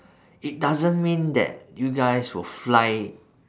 it doesn't mean that you guys will fly